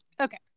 Okay